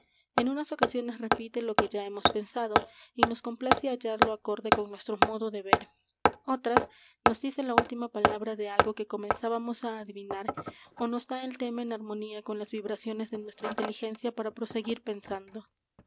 en unas ocasiones repite lo que ya hemos pensado y nos complace hallarlo acorde con nuestro modo de ver otras nos dice la última palabra de algo que comenzábamos á adivinar ó nos da el tema en armonía con las vibraciones de nuestra inteligencia para proseguir pensando